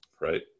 right